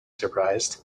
surprised